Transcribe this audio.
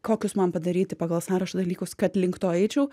kokius man padaryti pagal sąrašą dalykus kad link to eičiau